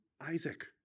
Isaac